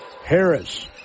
Harris